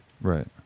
Right